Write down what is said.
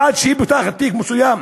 עד שהיא פותחת תיק מסוים,